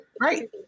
right